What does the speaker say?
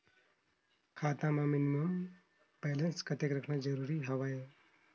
खाता मां minimum balance कतेक रखना जरूरी हवय?